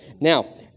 now